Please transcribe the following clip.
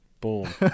Boom